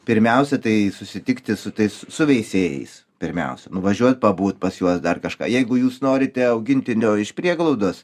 pirmiausia tai susitikti su tais su veisėjais pirmiausia nuvažiuot pabūt pas juos dar kažką jeigu jūs norite augintinio iš prieglaudos